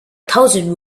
thousand